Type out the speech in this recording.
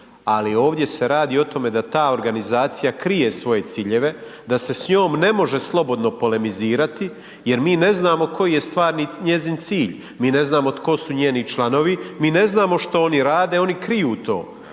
ali ovdje se radi o tome da ta organizacija krije svoje ciljeve, da se s njom ne može slobodno polemizirati jer mi ne znamo koji je stvarni njezin cilj, mi ne znamo tko su njeni članovi, mi ne znamo što oni rade, oni kriju to.